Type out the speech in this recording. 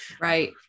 right